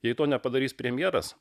jei to nepadarys premjeras